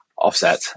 offset